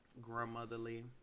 grandmotherly